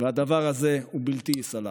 והדבר הזה הוא בלתי ייסלח.